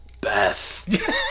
Beth